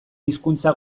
hizkuntza